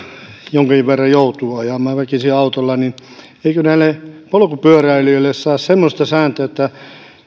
jonkin verran joutuu väkisin ajamaan autolla niin eikö näille polkupyöräilijöille saa semmoista sääntöä että